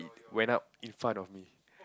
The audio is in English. when up in front of me